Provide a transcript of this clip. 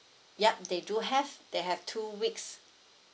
yup they do have they have two weeks